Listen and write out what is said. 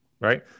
right